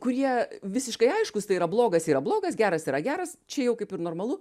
kurie visiškai aiškūs tai yra blogas yra blogas geras yra geras čia jau kaip ir normalu